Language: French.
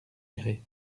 grès